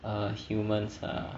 err humans ah